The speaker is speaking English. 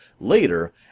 later